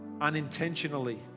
unintentionally